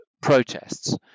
protests